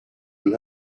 will